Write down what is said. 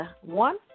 one